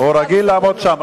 הוא רגיל לעמוד שם.